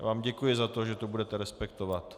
Já vám děkuji za to, že to budete respektovat.